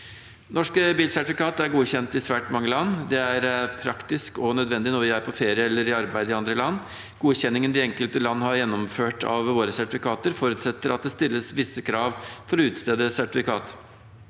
Norske bilsertifikater er godkjent i svært mange land. Det er praktisk og nødvendig når vi er på ferie eller i arbeid i andre land. Godkjenningen de enkelte land har gjennomført av våre sertifikater, forutsetter at det stilles visse krav til å utstede sertifikat.